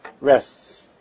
rests